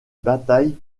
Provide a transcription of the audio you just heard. batailles